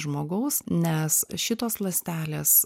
žmogaus nes šitos ląstelės